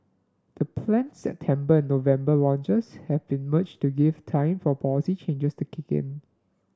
the planned September and November launches have been merged to give time for policy changes to kick in